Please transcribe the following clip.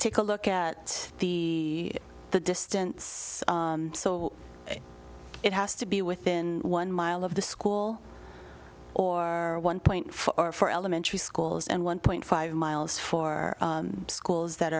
take a look at the the distance so it has to be within one mile of the school or one point four for elementary schools and one point five miles for schools that